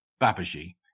Babaji